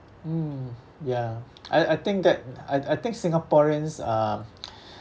mm ya I I think that I I think singaporeans are